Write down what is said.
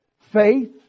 Faith